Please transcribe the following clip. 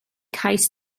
cais